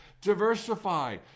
diversify